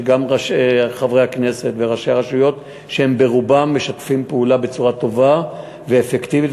שגם חברי הכנסת וראשי הרשויות ברובם משתפים פעולה בצורה טובה ואפקטיבית.